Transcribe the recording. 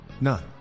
None